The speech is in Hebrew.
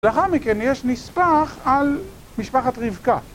לאחר מכן יש נספח על משפחת רבקה